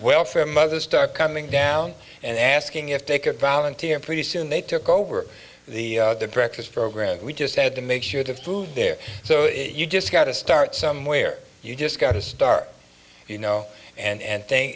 welfare mothers start coming down and asking if they could volunteer pretty soon they took over the breakfast program we just had to make sure to food there so you just gotta start somewhere you just got a star you know and